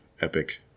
epic